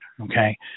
Okay